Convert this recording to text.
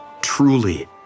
Truly